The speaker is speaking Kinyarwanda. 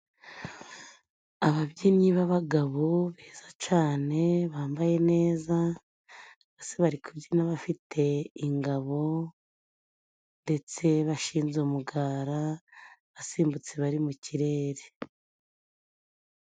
Ababyinnyi b'abagabo beza cane, bambaye neza ,bose bari kubyina bafite ingabo, ndetse bashinze umugara ,basimbutse bari mu kirere.